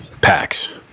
packs